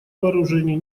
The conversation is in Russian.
вооружений